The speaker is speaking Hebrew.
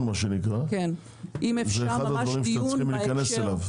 מה שנקרא זה משהו שצריך להיכנס אליו.